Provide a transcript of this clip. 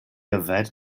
yfed